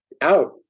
out